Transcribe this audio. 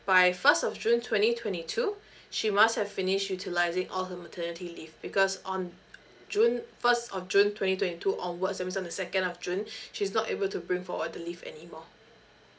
by first of june twenty twenty two she must have finish utilising all her maternity leave because on june first of june twenty twenty two onwards that means on the second of june she's not able to bring forward the leave anymore